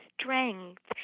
strength